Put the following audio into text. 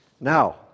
Now